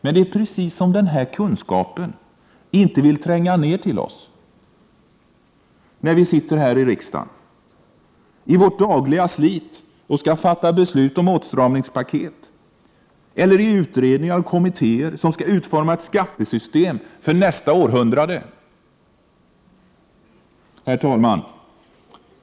Men det är precis som om den kunskapen inte ville tränga ner till oss, när vi sitter här i riksdagen i vårt dagliga slit och skall fatta beslut om åtstramningspaket eller i utredningar och kommittéer, som skall utforma ett skattesystem för nästa århundrade. Herr talman!